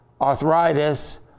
arthritis